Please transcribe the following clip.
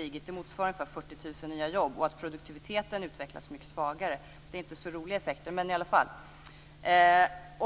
kraftigt - det motsvarar ca 40 000 nya jobb - och att produktiviteten utvecklas smycket svagare. Det är inte så roliga effekter, men i alla fall.